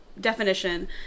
definition